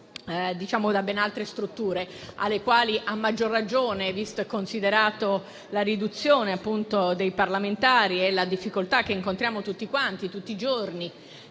e implementate, a maggior ragione vista e considerata la riduzione dei parlamentari e la difficoltà che incontriamo tutti quanti, tutti i giorni,